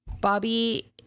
Bobby